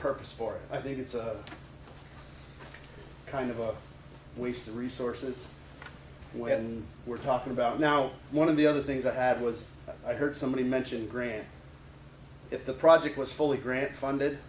purpose for it i think it's a kind of a week's resources when we're talking about now one of the other things i had was i heard somebody mention grand if the project was fully grant funded